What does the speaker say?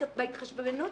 בהתחשבנות,